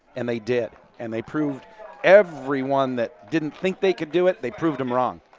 and they did, and they proved everyone that didn't think they could do it, they proved them wrong.